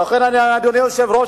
אדוני היושב-ראש,